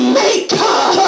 maker